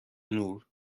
نور